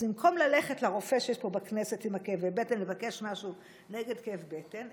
אז במקום ללכת לרופא שיש פה בכנסת עם כאבי הבטן ולבקש משהו נגד כאב בטן,